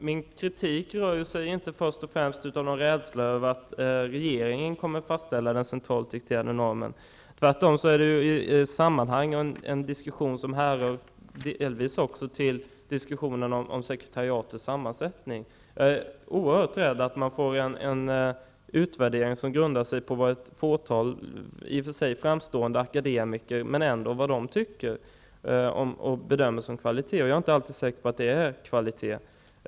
Herr talman! Min kritik beror inte först och främst på någon rädsla för att regeringen kommer att fastställa den centralt dikterade normen. Tvärtom är det ju en diskussion som delvis sammanhänger med diskussionen om sekretariatets sammansättning. Jag är oerhört rädd för att man får en utvärdering som grundar sig på vad ett fåtal i och för sig framstående akademiker tycker, och vad de bedömer som kvalitet. Jag är inte säker på att det alltid är kvalitet.